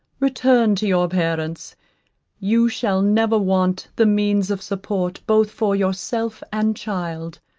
return to your parents you shall never want the means of support both for yourself and child.